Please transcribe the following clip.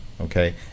okay